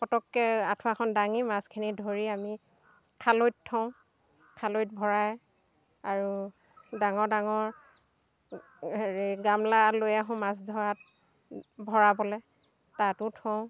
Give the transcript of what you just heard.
পটককৈ আঠুৱাখন দাঙি মাছখিনি ধৰি আমি খালৈত থওঁ খালৈত ভৰাই আৰু ডাঙৰ ডাঙৰ হেৰি গামলা লৈ আহোঁ মাছ ধৰাত ভৰাবলৈ তাতো থওঁ